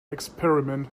experiment